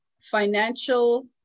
financial